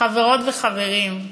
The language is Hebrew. חברות וחברים,